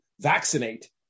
vaccinate